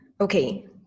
Okay